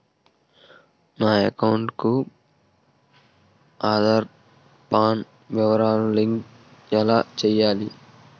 నా అకౌంట్ కు ఆధార్, పాన్ వివరాలు లంకె ఎలా చేయాలి?